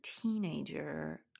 teenager